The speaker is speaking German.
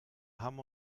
haben